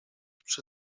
przy